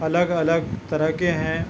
الگ الگ طرح کے ہیں